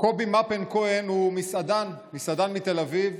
קובי מפן כהן הוא מסעדן מתל אביב.